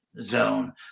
zone